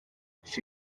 she